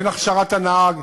בין הכשרת הנהג,